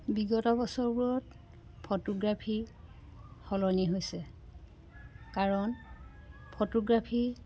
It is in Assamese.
বিগত বছৰবোৰত ফটোগ্ৰাফী সলনি হৈছে কাৰণ ফটোগ্ৰাফী